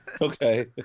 Okay